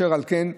אשר על כן,